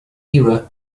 era